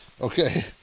okay